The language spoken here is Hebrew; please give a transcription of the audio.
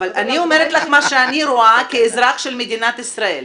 אני אומרת לך מה שאני רואה כאזרח של מדינת ישראל,